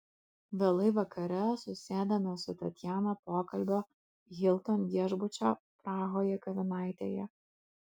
vėlai vakare susėdame su tatjana pokalbio hilton viešbučio prahoje kavinaitėje